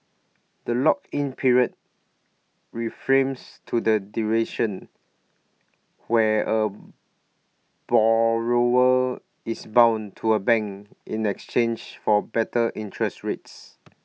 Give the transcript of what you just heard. the lock in period reframes to the duration where A borrower is bound to A bank in exchange for better interest rates